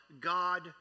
God